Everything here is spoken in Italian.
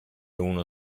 uno